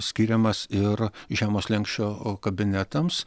skiriamas ir žemo slenksčio kabinetams